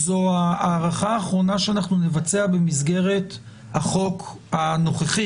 זו ההארכה האחרונה שאנחנו נבצע במסגרת החוק הנוכחי